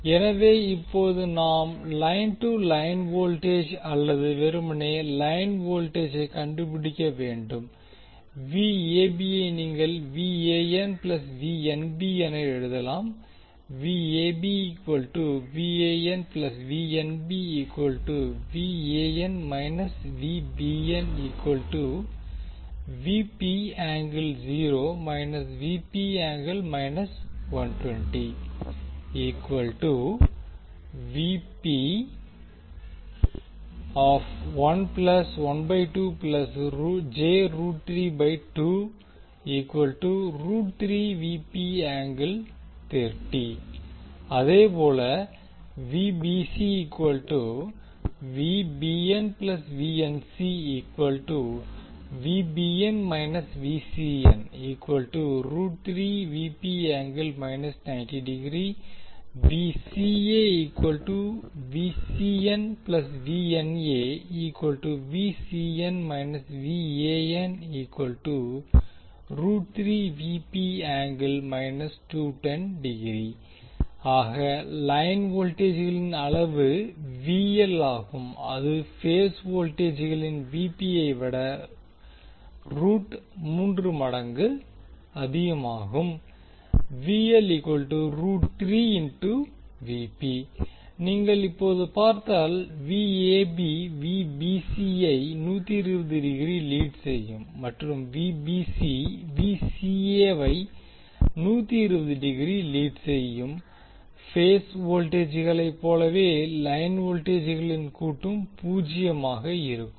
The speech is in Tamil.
எனவே இப்போது நாம் லைன் டு லைன் வோல்டேஜ் அல்லது வெறுமனே லைன் வோல்டேஜை கண்டுபிடிக்க வேண்டும் ஐ நீங்கள் பிளஸ் என எழுதலாம் அதேபோல ஆக லைன் வோல்டேஜிகளின் அளவு ஆகும் அது பேஸ் வோல்டேஜ்களின் ஐ விட மடங்கு அதிகமாகும் நீங்கள் இப்போது பார்த்தால் ஐ டிகிரி லீட் செய்யும் மற்றும் ஐ டிகிரி லீட் செய்யும் பேஸ் வோல்டேஜ்களை போலவே லைன் வோல்டேஜ்கலின் கூட்டும் பூஜ்ஜியமாக இருக்கும்